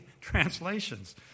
translations